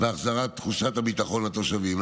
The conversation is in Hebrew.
והחזרת תחושת הביטחון לתושבים.